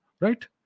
right